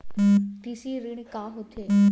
कृषि ऋण का होथे?